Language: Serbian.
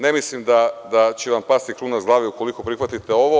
Ne mislim da će vam pasti kruna s glave ukoliko prihvatite ovo.